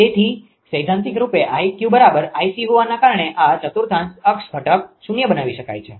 તેથી સૈદ્ધાંતિક રૂપે 𝐼𝑞 𝐼𝑐 હોવાના કારણે આ ચતુર્થાંશ અક્ષ ઘટક શૂન્ય બનાવી શકાય છે